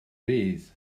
rhydd